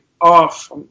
off